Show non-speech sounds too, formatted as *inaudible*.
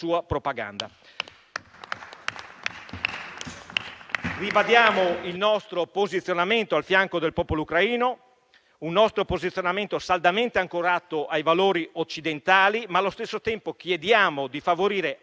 *applause* Ribadiamo il nostro posizionamento al fianco del popolo ucraino, un posizionamento saldamente ancorato ai valori occidentali, ma allo stesso tempo chiediamo di favorire